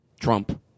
Trump